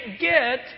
get